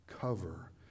cover